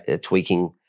tweaking